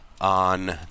on